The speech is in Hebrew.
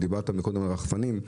דיברת מקודם על רחפנים,